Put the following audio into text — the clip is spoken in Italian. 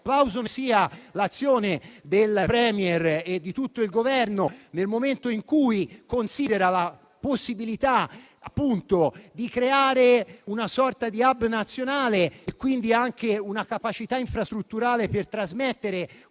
senso, all'azione del *premier* e di tutto il Governo nel momento in cui considera la possibilità di creare una sorta di *hub* nazionale e quindi anche una capacità infrastrutturale per trasmettere